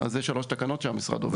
אז אלו שלוש תקנות שהמשרד עובד איתם.